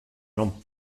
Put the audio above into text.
non